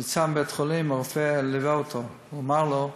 כשהוא יצא מבית-חולים הרופא ליווה אותו ואמר לו,